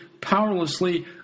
powerlessly